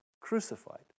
crucified